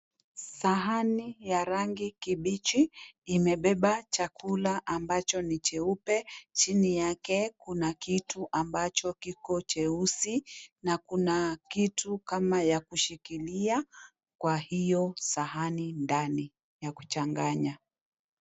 Sahani ya rangi kibichi imebeba chakula ambacho ni jeupe chini yake kuna kitu ambacho kiko cheusi na kuna kitu kama ya kushikilia kwa hiyo sahani ndani ya kuchanganya.